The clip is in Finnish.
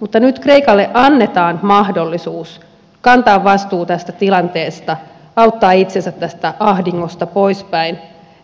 mutta nyt kreikalle annetaan mahdollisuus kantaa vastuu tästä tilanteesta auttaa itsensä tästä ahdingosta poispäin